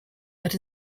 but